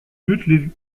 but